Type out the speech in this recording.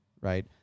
right